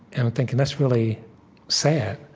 and i'm thinking, that's really sad,